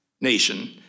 nation